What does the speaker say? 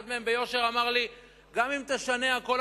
אחד מהם אמר לי ביושר: גם אם תשנה הכול,